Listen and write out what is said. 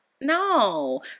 No